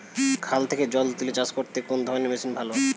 খাল থেকে জল তুলে চাষ করতে কোন ধরনের মেশিন ভালো?